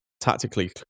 Tactically